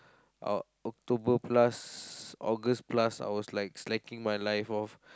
October plus August plus I was like slacking my life off